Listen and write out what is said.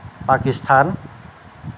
Pakistan